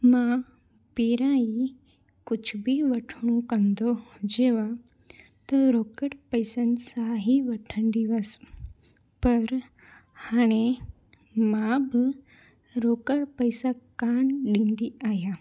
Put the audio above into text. मां पहिरां ई कुझु बि वठिणो कंदो हुजेव त रोकड़ पैसनि सां ई वठंदी हुअसि पर हाणे मां बि रोकड़ पैसा कोन ॾींदी आहियां